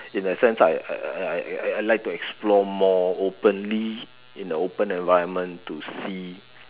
in a sense I I I like to explore more openly in the open environment to see